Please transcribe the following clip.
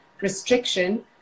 restriction